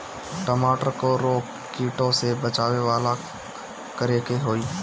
टमाटर को रोग कीटो से बचावेला का करेके होई?